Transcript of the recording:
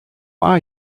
are